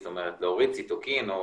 זאת אומרת להוריד ציטוקין או